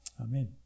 Amen